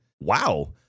Wow